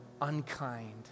unkind